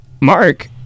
Mark